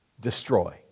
destroy